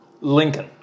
Lincoln